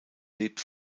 lebt